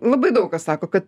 labai daug kas sako kad